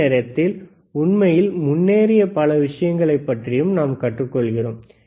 அதே நேரத்தில் உண்மையில் முன்னேறிய பல விஷயங்களை பற்றியும் நாம் கற்றுக் கொள்கிறோம்